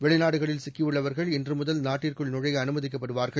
வெளிநாடுகளில் சிக்கியுள்ளவர்கள் இன்று முதல் நாட்டிற்குள் நுழைய அனுமதிக்கப்படுவார்கள்